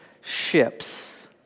ships